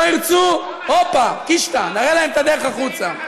לא ירצו, הופה, קישטה, נראה להם את הדרך החוצה.